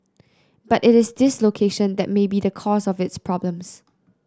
but it is this location that may be the cause of its problems